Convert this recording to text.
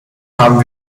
haben